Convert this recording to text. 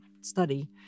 study